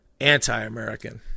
anti-American